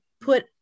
put